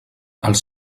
els